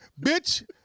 bitch